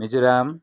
Mizoram